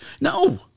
No